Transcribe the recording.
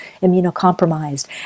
immunocompromised